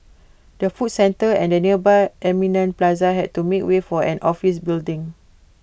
the food centre and the nearby Eminent plaza had to make way for an office building